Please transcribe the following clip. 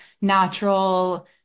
natural